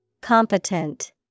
Competent